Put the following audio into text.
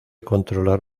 controlar